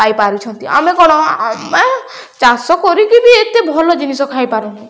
ପାଇପାରୁଛନ୍ତି ଆମେ କ'ଣ ଆମେ ଚାଷ କରିକି ବି ଏତେ ଭଲ ଜିନିଷ ଖାଇପାରୁନୁ